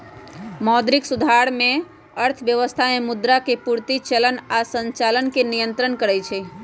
मौद्रिक सुधार में अर्थव्यवस्था में मुद्रा के पूर्ति, चलन आऽ संचालन के नियन्त्रण करइ छइ